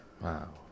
Wow